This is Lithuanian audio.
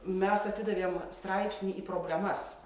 mes atidavėm straipsnį į problemas